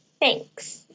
Thanks